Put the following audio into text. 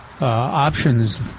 options